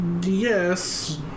yes